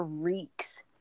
freaks